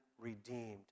redeemed